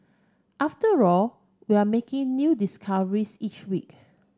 after all we're making new discoveries each week